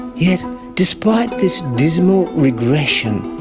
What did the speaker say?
yet despite this dismal regression,